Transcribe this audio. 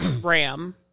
RAM